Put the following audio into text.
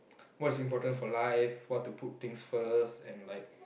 what's important for life what to put things first and like